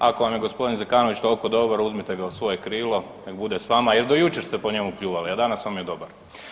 Ako vam je g. Zekanović toliko dobar uzmite ga u svoje krilo nek bude s vama jer do jučer ste po njemu pljuvali, a danas vam je dobar.